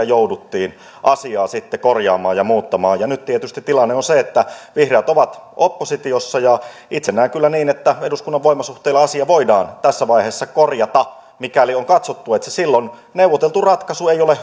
jouduttiin asiaa sitten korjaamaan ja muuttamaan ja nyt tietysti tilanne on se että vihreät ovat oppositiossa itse näen kyllä niin että eduskunnan voimasuhteilla asia voidaan tässä vaiheessa korjata mikäli katsotaan että se silloin neuvoteltu ratkaisu ei ole